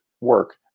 work